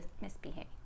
misbehaving